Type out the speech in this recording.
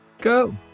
go